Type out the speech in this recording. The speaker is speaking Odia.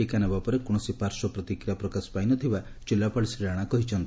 ଟିକା ନେବାପରେ କୌଶସି ପାର୍ଶ୍ୱ ପ୍ରତିକ୍ରିୟା ପ୍ରକାଶ ପାଇ ନ ଥିବା ଜିଲ୍ଲାପାଳ ଶ୍ରୀ ରାଶା କହିଛନ୍ତି